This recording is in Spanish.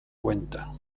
cuenta